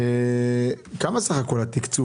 דרך.